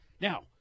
Now